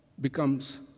becomes